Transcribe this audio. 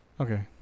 Okay